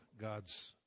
God's